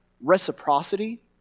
reciprocity